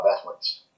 athletes